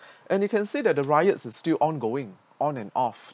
and you can see that the riots is still ongoing on and off